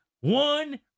one